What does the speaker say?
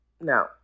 no